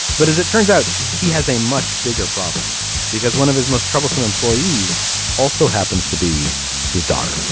but as it turns out he has a much bigger problem because one of his most troublesome employees also happens to be his daughter